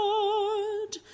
Lord